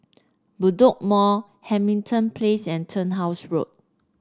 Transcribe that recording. Bedok Mall Hamilton Place and Turnhouse Road